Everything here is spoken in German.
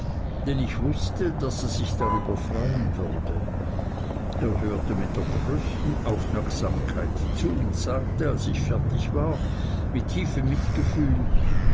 denn ich wußte daß er sich darüber freuen würde er hörte mit der größten aufmerksamkeit zu und sagte als ich fertig war mit tiefem mitgefühl